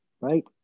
right